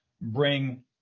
bring